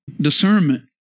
Discernment